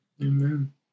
Amen